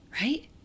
right